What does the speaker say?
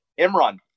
Imran